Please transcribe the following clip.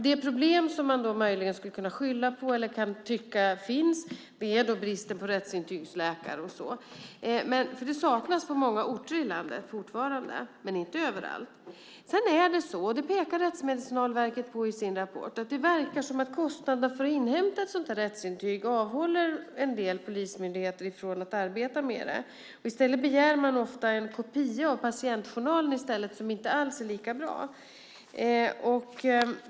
De problem som man då möjligen skulle kunna skylla på eller tycka finns är bristen på rättsintygsläkare, för det saknas på många orter i landet fortfarande - men inte överallt. Sedan är det så - det pekar Rättsmedicinalverket på i sin rapport - att det verkar som om kostnaderna för att inhämta ett sådant där rättsintyg avhåller en del polismyndigheter från att arbeta med det. I stället begär man ofta en kopia av patientjournalen i stället, vilket inte alls är lika bra.